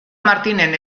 martinen